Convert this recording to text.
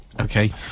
Okay